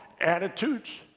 Attitudes